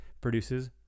produces